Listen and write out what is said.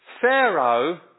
Pharaoh